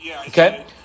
Okay